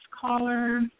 caller